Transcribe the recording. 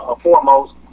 foremost